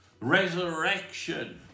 resurrection